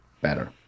better